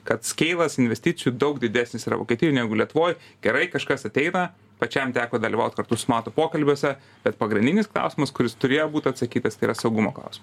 kad skeivas investicijų daug didesnis yra vokietijoj negu lietuvoj gerai kažkas ateina pačiam teko dalyvaut kartu su matu pokalbiuose bet pagrindinis klausimas kuris turėjo būt atsakytas tai yra saugumo klausima